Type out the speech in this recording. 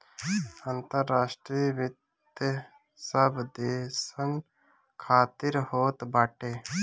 अंतर्राष्ट्रीय वित्त सब देसन खातिर होत बाटे